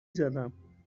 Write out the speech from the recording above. زدم